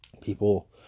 People